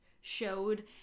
showed